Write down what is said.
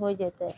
होय जैतै?